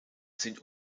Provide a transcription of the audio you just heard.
sind